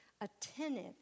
attentive